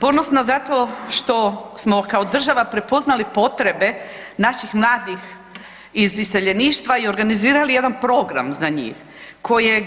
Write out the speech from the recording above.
Ponosna zato što smo kao država prepoznali potrebe naših mladih iz iseljeništva i organizirali jedan program za njih kojeg